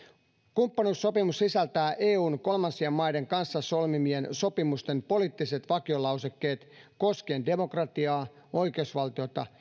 kumppanuussopimus sisältää eun kolmansien maiden kanssa solmimien sopimusten poliittiset vakiolausekkeet koskien demokratiaa oikeusvaltiota